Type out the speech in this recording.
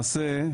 למעשה,